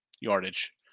yardage